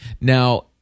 now